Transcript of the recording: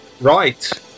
right